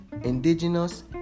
indigenous